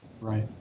right